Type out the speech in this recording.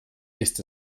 ist